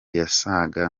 yasaga